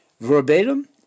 verbatim